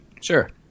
Sure